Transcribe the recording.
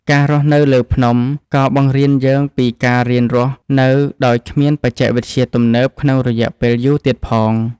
ការរស់នៅលើភ្នំ ក៏បង្រៀនយើងពីការរៀនរស់នៅដោយគ្មានបច្ចេកវិទ្យាទំនើបក្នុងរយៈពេលយូរទៀតផង។